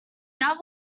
that